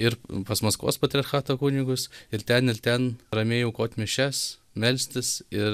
ir pas maskvos patriarchato kunigus ir ten ir ten ramiai aukot mišias melstis ir